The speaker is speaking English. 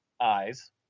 eyes